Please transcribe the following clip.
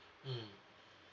mmhmm